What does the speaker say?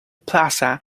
plaza